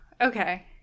okay